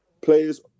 players